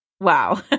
Wow